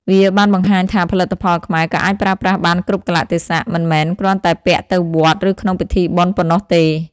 វាបានបង្ហាញថាផលិតផលខ្មែរក៏អាចប្រើប្រាស់បានគ្រប់កាលៈទេសៈ មិនមែនគ្រាន់តែពាក់ទៅវត្ត ឬក្នុងពិធីបុណ្យប៉ុណ្ណោះទេ។